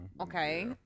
Okay